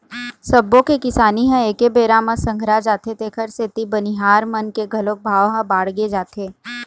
सब्बो के किसानी ह एके बेरा म संघरा जाथे तेखर सेती बनिहार मन के घलोक भाव ह बाड़गे जाथे